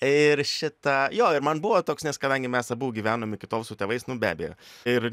ir šita jo ir man buvo toks nes kadangi mes abu gyvenom iki tol su tėvais nu be abejo ir